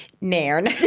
Nairn